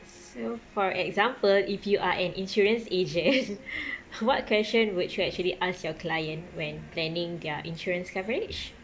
so for example if you are an insurance agent what question would you actually ask your client when planning their insurance coverage